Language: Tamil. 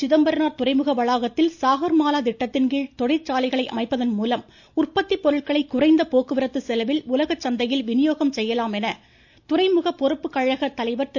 சிதம்பரனார் துறைமுக வளாகத்தில் சாஹர் மாலா திட்டத்தின்கீழ் தொழிற்சாலைகளை அமைப்பதன் மூலம் உற்பத்தி பொருட்களை குறைந்த போக்குவரத்து உலக சந்தையில் விநியோகம் செய்யலாம் என துறைமுக பொறுப்புக்கழக செலவில் தலைவர் திரு